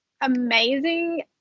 amazing